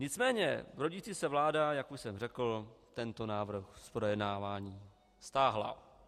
Nicméně rodící se vláda, jak už jsem řekl, tento návrh z projednávání stáhla.